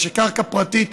מכיוון שקרקע פרטית,